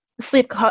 sleep